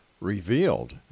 revealed